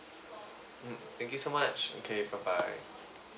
mm thank you so much okay bye bye